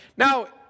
Now